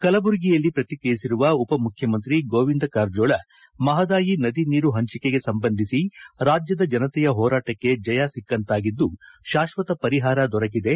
ಕಲಬುರಗಿಯಲ್ಲಿ ಪ್ರತಿಕ್ರಿಯಿಸಿರುವ ಉಪ ಮುಖ್ಯಮಂತ್ರಿ ಗೋವಿಂದ ಎಂ ಕಾರಜೋಳ ಮಹದಾಯಿ ನದಿ ನೀರು ಪಂಚಿಕೆಗೆ ಸಂಬಂಧಿಸಿ ರಾಜ್ದದ ಜನತೆಯ ಹೋರಾಟಕ್ಕೆ ಜಯ ಸಿಕ್ಕಂತಾಗಿದ್ದು ಶಾಶ್ವಕ ಪರಿಹಾರ ದೊರಕಿದೆ